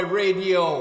radio